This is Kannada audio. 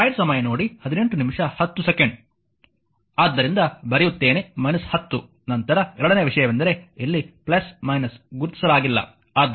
ಆದ್ದರಿಂದ ಬರೆಯುತ್ತೇನೆ 10 ನಂತರ ಎರಡನೆಯ ವಿಷಯವೆಂದರೆ ಇಲ್ಲಿ ಗುರುತಿಸಲಾಗಿಲ್ಲ